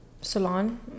salon